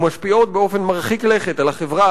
ומשפיעות באופן מרחיק לכת על החברה,